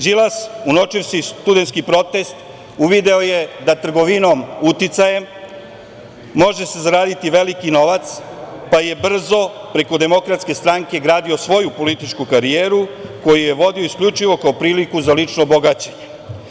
Đilas, unovčivši studentski protest, uvideo je da trgovinom uticajem može se zaraditi veliki novac, pa je brzo preko DS gradio svoju političku karijeru, koju je vodio isključivo kao priliku za lično bogaćenje.